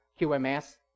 QMS